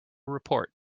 report